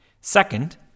Second